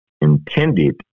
intended